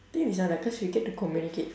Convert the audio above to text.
think this one lah cause we get to communicate